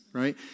right